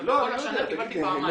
אבל בכל השנה קיבלתי פעמיים.